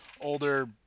older